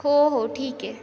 हो हो ठीक आहे